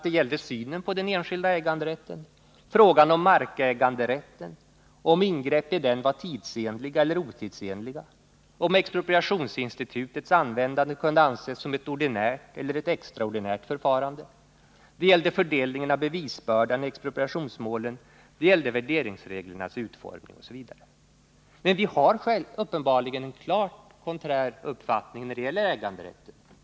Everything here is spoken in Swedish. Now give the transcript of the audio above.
Det gällde synen på den enskilda äganderätten och frågan om markäganderätten — huruvida ingrepp i den varit tidsenliga eller otidsenliga och huruvida expropriationsinstitutets användande kunde anses som ett ordinärt eller ett extraordinärt förfarande. Det gällde vidare fördelningen av bevisbördan i expropriationsmålen, värderingsreglernas utformning, osv. Men vi har uppenbarligen en klart konträr uppfattning när det gäller äganderätten.